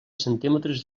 centímetres